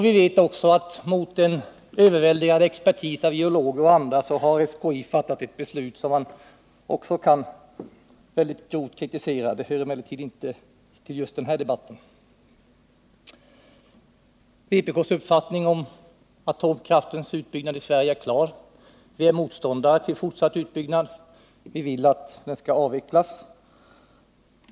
Vi vet också att mot en överväldigande expertis av geologer och andra har statens kärnkraftinspektion fattat ett beslut som skarpt kan kritiseras. Det hör emellertid inte till just den här debatten. Vpk:s uppfattning om atomkraftens utbyggnad i Sverige är klar: Vi är motståndare till fortsatt utbyggnad. Vi vill att kärnkraftsanläggningarna skall avvecklas.